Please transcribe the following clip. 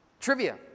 Trivia